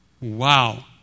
Wow